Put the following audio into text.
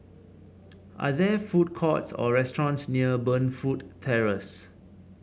are there food courts or restaurants near Burnfoot Terrace